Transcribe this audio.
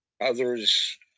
others